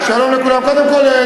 שלום לכולם, קודם כול.